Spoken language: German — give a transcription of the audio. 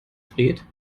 dreht